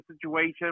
situation